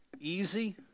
Easy